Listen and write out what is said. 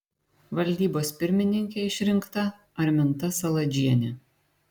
valdybos pirmininke išrinkta arminta saladžienė